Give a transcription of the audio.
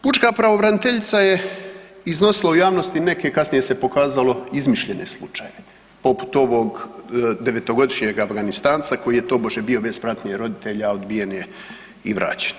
Pučka pravobraniteljica je iznosila u javnosti, kasnije se pokazalo izmišljene slučajeve, poput ovog devetogodišnjega Afganistanca koji je tobože bio bez pratnje roditelja, odbijen i vraćen.